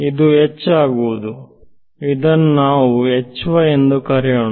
ಇದು ಆಗುವುದು ಇದನ್ನು ನಾವು ಎಂದು ಕರೆಯೋಣ